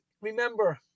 Remember